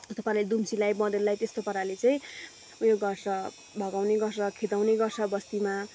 त्यस्तो पाराले दुम्सीलाई बँदेललाई त्यस्तो पाराले चाहिँ उयो गर्छ भगाउने गर्छ खेदाउने गर्छ बस्तीमा